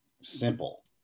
simple